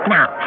Now